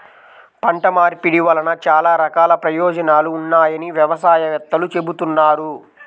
పంట మార్పిడి వలన చాలా రకాల ప్రయోజనాలు ఉన్నాయని వ్యవసాయ వేత్తలు చెబుతున్నారు